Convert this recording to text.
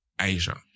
Asia